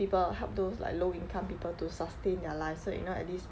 people help those like low income people to sustain their lives so you know at least